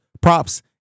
props